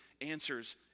answers